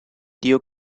dio